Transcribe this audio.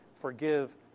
Forgive